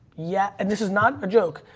yeah, and this is not a joke.